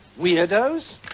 weirdos